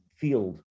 field